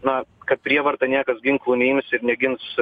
na kad prievarta niekas ginklų neims ir negins